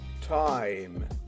time